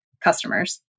customers